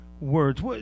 words